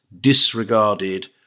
disregarded